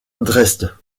dresde